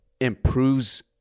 improves